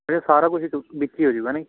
ਅੱਛਾ ਸਾਰਾ ਕੁਝ ਵਿੱਚ ਹੀ ਹੋ ਜੂਗਾ ਹੈ ਨਾ ਜੀ